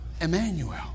Emmanuel